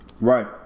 right